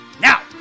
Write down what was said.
Now